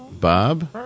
Bob